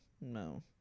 no